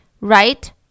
Right